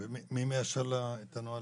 מי מאשר את הנוהל